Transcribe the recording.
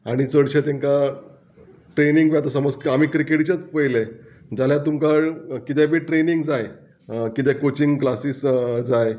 आनी चडशे तेंकां ट्रेनींग आतां समज आमी क्रिकेटीचेंच पयलें जाल्यार तुमकां किदेंय बी ट्रेनींग जाय किदें कोचिंग क्लासीस जाय